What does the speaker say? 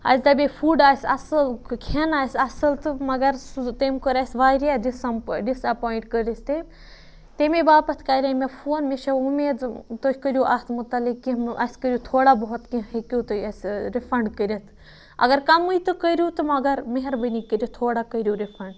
اَسہِ دَپے فُڈ آسہِ اَصٕل کھٮ۪ن آسہِ اَصٕل تہٕ مگر سُہ تٔمۍ کٔر اَسہِ واریاہ ڈِسَم ڈِس اٮ۪پایِنٛٹ کٔرۍ أسۍ تٔمۍ تمے باپَتھ کَرے مےٚ فون مےٚ چھےٚ اُمید زٕ تُہۍ کٔرِو اَتھ متعلق کینٛہہ مہٕ اَسہِ کٔرِو تھوڑا بہت کینٛہہ ہیٚکِو تُہۍ اَسہِ رِفنٛڈ کٔرِتھ اگر کَمٕے تہٕ کٔرِو تہٕ مگر مہربٲنی کٔرِتھ تھوڑا کٔرِو رِفنٛڈ